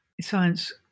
science